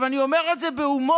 אני אומר את זה בהומור